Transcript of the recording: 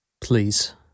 please